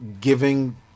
giving